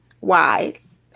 wise